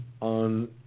on